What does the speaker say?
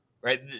right